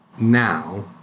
now